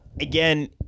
Again